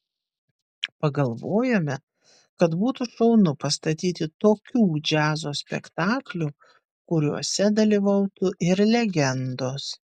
pagalvojome kad būtų šaunu pastatyti tokių džiazo spektaklių kuriuose dalyvautų ir legendos